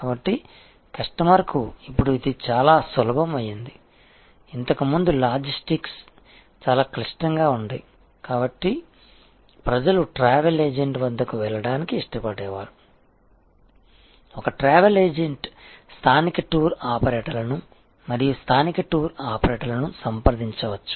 కాబట్టి కస్టమర్కు ఇప్పుడు ఇది చాలా సులభం అయింది ఇంతకుముందు లాజిస్టిక్స్ చాలా క్లిష్టంగా ఉండేవి కాబట్టి ప్రజలు ట్రావెల్ ఏజెంట్ వద్దకు వెళ్లడానికి ఇష్టపడేవారు ఒక ట్రావెల్ ఏజెంట్ స్థానిక టూర్ ఆపరేటర్లను మరియు స్థానిక టూర్ ఆపరేటర్లను సంప్రదించవచ్చు